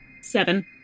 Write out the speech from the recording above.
seven